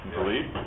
believe